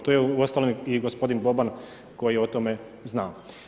To je uostalom i gospodin Boban koji je o tome znao.